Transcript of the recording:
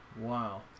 Wow